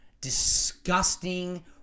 disgusting